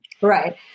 Right